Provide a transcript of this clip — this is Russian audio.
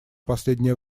последнее